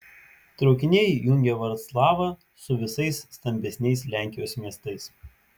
traukiniai jungia vroclavą su visais stambesniais lenkijos miestais